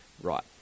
right